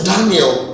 Daniel